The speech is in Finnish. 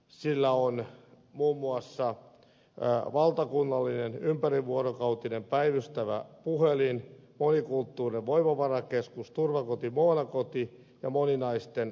sillä on muun muassa valtakunnallinen ympärivuorokautinen päivystävä puhelin monikulttuurinen voimavarakeskus turvakoti mona koti ja moninaisten talo